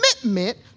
commitment